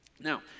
Now